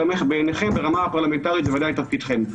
בעיניכם, ברמה הפרלמנטרית, זה בוודאי תפקידכם.